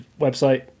website